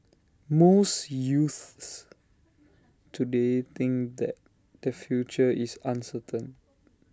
most youths today think that their future is uncertain